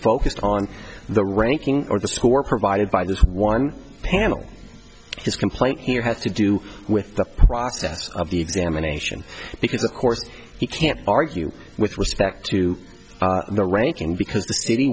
focused on the ranking or the sewer provided by the one panel his complaint here has to do with the process of the examination because of course he can't argue with respect to the ranking because the city